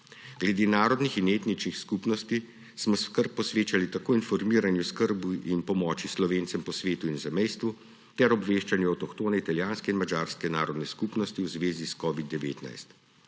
Glede narodnih in etničnih skupnosti smo skrb posvečali informiranju, skrbi in pomoči Slovencem po svetu in zamejstvu ter obveščanju avtohtone italijanske in madžarske narodne skupnosti v zvezi s covidom-19.